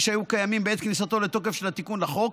שהיו קיימים בעת כניסתו לתוקף של התיקון לחוק.